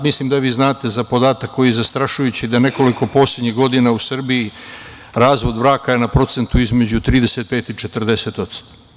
Mislim da vi znate za podatak koji je zastrašujući da u nekoliko poslednjih godina u Srbiji razvod braka je na procentu između 35% i 40%